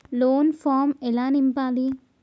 Loan form ఎలా నింపాలి?